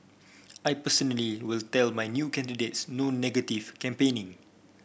I personally will tell my new candidates no negative campaigning